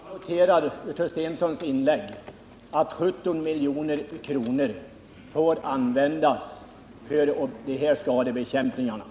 Herr talman! Jag noterar av Börje Stenssons inlägg att 17 milj.kr. får användas för dessa skadebekämpningar i år.